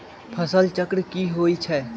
फसल चक्र की होई छै?